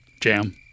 jam